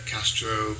Castro